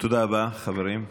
רבה, חברים.